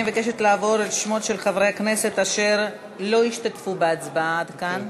אני מבקשת לחזור על שמות חברי הכנסת אשר לא השתתפו בהצבעה עד כאן.